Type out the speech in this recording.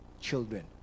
children